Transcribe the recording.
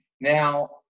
Now